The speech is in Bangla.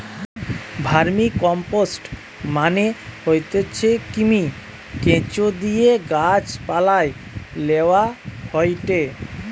ভার্মিকম্পোস্ট মানে হতিছে কৃমি, কেঁচোদিয়ে গাছ পালায় লেওয়া হয়টে